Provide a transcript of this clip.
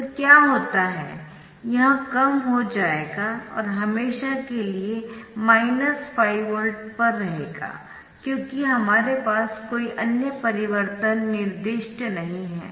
तो क्या होता है यह कम हो जाएगा और हमेशा के लिए माइनस 5 वोल्ट पर रहेगा क्योंकि हमारे पास कोई अन्य परिवर्तन निर्दिष्ट नहीं है